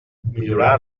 millorar